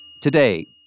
Today